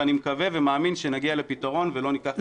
ואני מקווה ומאמין שנגיע לפתרון ולא ניקח את מדינת ישראל לבחירות.